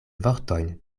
vortojn